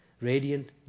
radiant